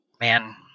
man